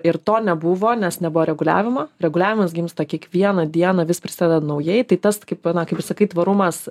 ir to nebuvo nes nebuvo reguliavimo reguliavimas gimsta kiekvieną dieną vis prisideda naujai tai tas kaip ana kaip ir sakai tvarumas